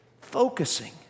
focusing